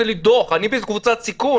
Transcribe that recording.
אז נלך למתווה שבו כל מי שנכנס נבדק,